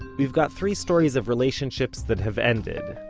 we've got three stories of relationships that have ended,